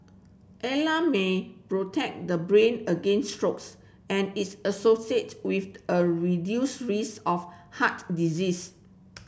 A L A protect the brain against strokes and is associated with a reduced risk of heart disease